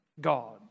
God